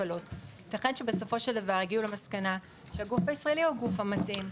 ייתכן שבסופו של דבר יגיעו למסקנה שהגוף הישראלי הוא הגוף המתאים,